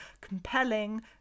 compelling